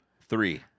three